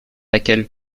laquelle